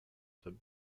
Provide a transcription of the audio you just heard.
sebe